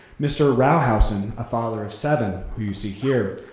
mr. rauhausen, a father of seven, who you see here,